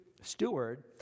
steward